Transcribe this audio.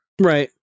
Right